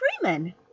freeman